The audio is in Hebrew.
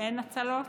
אין הצלות?